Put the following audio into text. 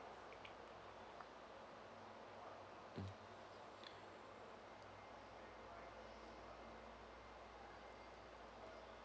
mm